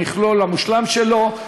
במכלול המושלם שלו,